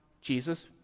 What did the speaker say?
Jesus